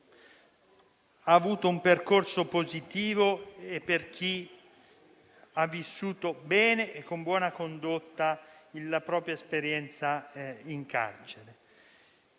ha avuto un percorso positivo e per chi ha vissuto bene e con buona condotta la propria esperienza in carcere.